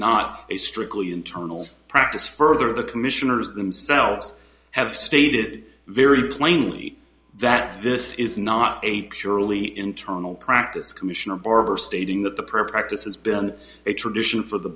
not a strictly internal practice further the commissioners themselves have stated very plainly that this is not a purely internal practice commissioner barber stating that the prep practice has been a tradition for the